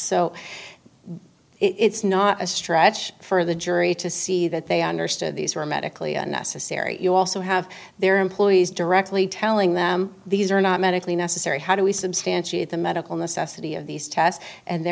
so it's not a stretch for the jury to see that they understood these were medically unnecessary you also have their employees directly telling them these are not medically necessary how do we substantiate the medical necessity of these tests and